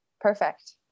perfect